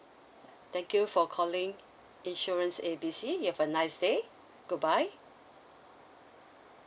thank you for calling insurance A B C you have a nice day goodbye